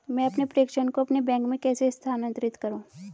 मैं अपने प्रेषण को अपने बैंक में कैसे स्थानांतरित करूँ?